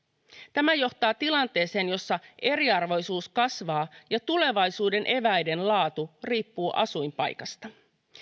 tämä johtaa tilanteeseen jossa eriarvoisuus kasvaa ja tulevaisuuden eväiden laatu riippuu asuinpaikasta